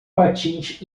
patins